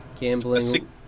gambling